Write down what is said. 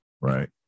Right